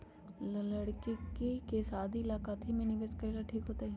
लड़की के शादी ला काथी में निवेस करेला ठीक होतई?